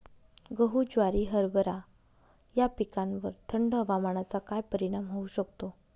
गहू, ज्वारी, हरभरा या पिकांवर थंड हवामानाचा काय परिणाम होऊ शकतो?